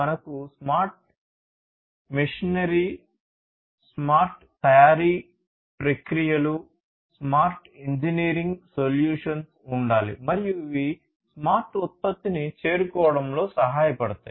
మనకు smart machinery smart తయారీ ప్రక్రియలు స్మార్ట్ ఇంజనీరింగ్ సొల్యూషన్స్ ఉండాలి మరియు ఇవి స్మార్ట్ ఉత్పత్తిని చేరుకోవడంలో సహాయపడతాయి